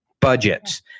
budgets